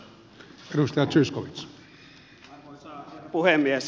arvoisa herra puhemies